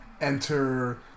enter